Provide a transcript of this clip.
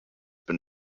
been